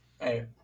Hey